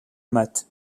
mat